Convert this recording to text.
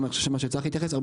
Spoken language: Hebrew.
לא